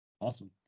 Awesome